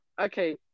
okay